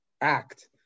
act